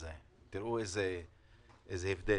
תראו איזה הבדל.